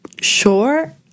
sure